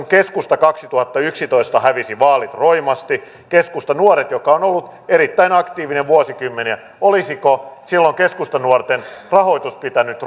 keskusta kaksituhattayksitoista hävisi vaalit roimasti ja keskustanuoret on ollut erittäin aktiivinen vuosikymmeniä niin olisiko silloin keskustanuorten rahoitus pitänyt